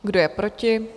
Kdo je proti?